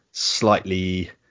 slightly